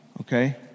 okay